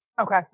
Okay